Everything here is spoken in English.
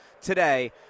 today